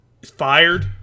Fired